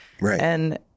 Right